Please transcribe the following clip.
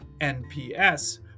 NPS